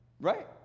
right